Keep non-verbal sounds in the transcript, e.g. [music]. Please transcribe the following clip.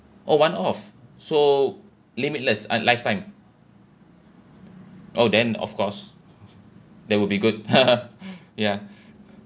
oh one-off so limitless uh lifetime oh then of course that would be good [laughs] ya